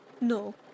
No